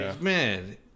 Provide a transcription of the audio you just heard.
man